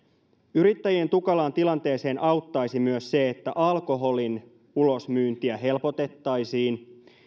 yrittäjien tukalaan tilanteeseen auttaisi myös se että alkoholin ulosmyyntiä helpotettaisiin